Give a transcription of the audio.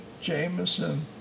Jameson